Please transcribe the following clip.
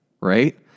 right